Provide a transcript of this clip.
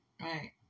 right